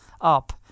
up